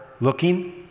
looking